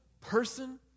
person